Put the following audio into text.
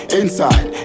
inside